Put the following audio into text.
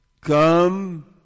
Come